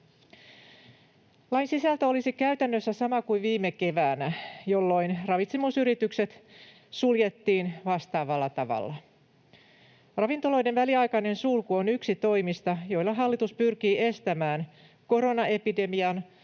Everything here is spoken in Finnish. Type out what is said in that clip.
Lain sisältö olisi käytännössä sama kuin viime keväänä, jolloin ravitsemusyritykset suljettiin vastaavalla tavalla. Ravintoloiden väliaikainen sulku on yksi toimista, joilla hallitus pyrkii estämään koronaepidemian